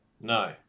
No